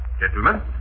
Gentlemen